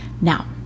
Now